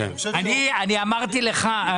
הוא אמר בתחילת הדיון שלא.